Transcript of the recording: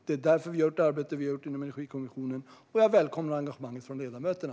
Det är därför vi har gjort det arbete som vi gjort inom Energikommissionen, och jag välkomnar engagemanget från ledamöterna.